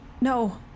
No